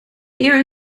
eer